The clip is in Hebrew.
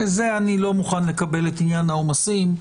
אני לא מוכן לקבל את עניין העומסים.